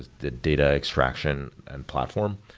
the data extraction and platform,